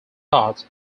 thought